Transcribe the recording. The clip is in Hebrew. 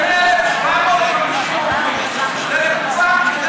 1,750 עובדים זה לגופם,